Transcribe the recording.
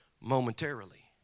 momentarily